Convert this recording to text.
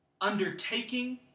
undertaking